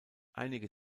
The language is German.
einige